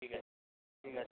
ঠিক আছে ঠিক আছে